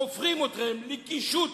הופכים אתכם לקישוט,